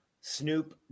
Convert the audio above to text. Snoop